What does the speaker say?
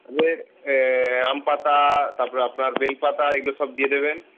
দিয়ে আম পাতা তারপরে আপনার বেল পাতা এগুলো সব দিয়ে দেবেন